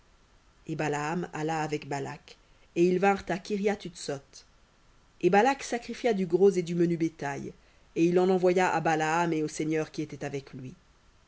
et balaam alla avec balak et ils vinrent à k sotte et balak sacrifia du gros et du menu bétail et il en envoya à balaam et aux seigneurs qui étaient avec lui